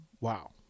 Wow